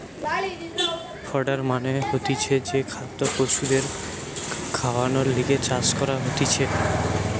fodder মানে হতিছে যে খাদ্য পশুদের খাওয়ানর লিগে চাষ করা হতিছে